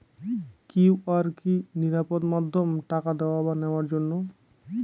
QR কি নিরাপদ মাধ্যম টাকা দেওয়া বা নেওয়ার জন্য?